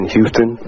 Houston